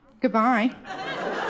Goodbye